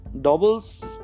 Doubles